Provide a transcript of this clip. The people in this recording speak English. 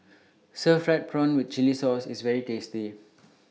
Stir Fried Prawn with Chili Sauce IS very tasty